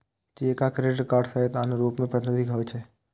cheque आ credit card सहित आनो रूप मे प्रतिनिधि धन होइ छै